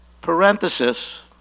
Parenthesis